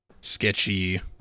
sketchy